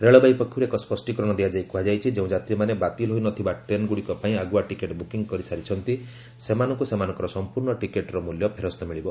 ରେଳବାଇ ପକ୍ଷରୁ ଏକ ସ୍ୱଷ୍ଟୀକରଣ ଦିଆଯାଇ କୁହାଯାଇଛି ଯେଉଁ ଯାତ୍ରୀମାନେ ବାତିଲ୍ ହୋଇ ନ ଥିବା ଟ୍ରେନ୍ଗୁଡ଼ିକ ପାଇଁ ଆଗୁଆ ଟିକେଟ୍ ବୁକିଂ କରିସାରିଛନ୍ତି ସେମାନଙ୍କୁ ସେମାନଙ୍କର ସମ୍ପୂର୍ଣ୍ଣ ଟିକେଟ୍ର ମୂଲ୍ୟ ପେରସ୍ତ ମିଳିବ